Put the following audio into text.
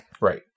Right